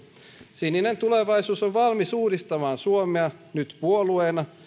sininen tulevaisuus on valmis uudistamaan suomea nyt puolueena